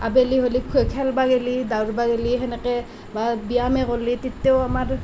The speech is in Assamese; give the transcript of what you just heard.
আবেলি হ'লে খেলিব গ'লে দৌৰিবা গ'লে সেনেকৈ বা ব্য়ায়ামে কৰিলে তেতিয়াও আমাৰ